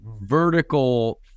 vertical